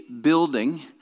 building